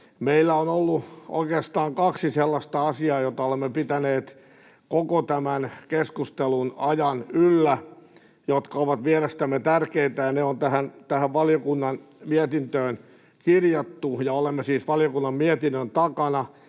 Meillä on ollut oikeastaan kaksi sellaista asiaa, joita olemme pitäneet koko tämän keskustelun ajan yllä ja jotka ovat mielestämme tärkeitä. Ne on tähän valiokunnan mietintöön kirjattu, ja olemme siis valiokunnan mietinnön takana.